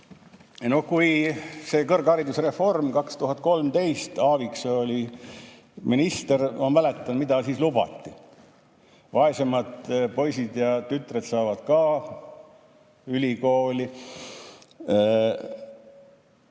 kui see kõrghariduse reform oli 2013, Aaviksoo oli minister, ma mäletan, mida siis lubati. Vaesemad poisid ja tütred saavad ka ülikooli.